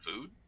food